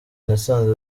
nasanze